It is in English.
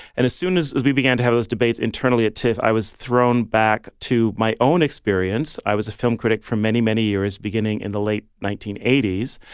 and as soon as as we began to have those debates internally at tiff, i was thrown back to my own experience. i was a film critic for many, many years, beginning in the late nineteen eighty s.